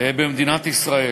ישראל.